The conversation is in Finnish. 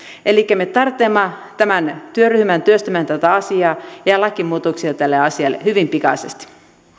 elikkä me tarvitsemme tämän työryhmän työstämään tätä asiaa ja ja lakimuutoksia tälle asialle hyvin pikaisesti